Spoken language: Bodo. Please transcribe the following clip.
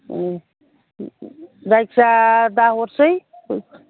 उमजायखिया दा हरसै